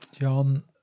John